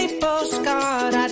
postcard